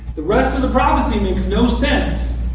the rest of the prophecy makes no sense,